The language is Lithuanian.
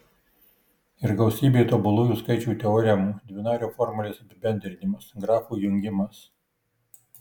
ir gausybė tobulųjų skaičių teoremų dvinario formulės apibendrinimas grafų jungimas